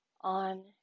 On